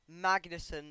Magnuson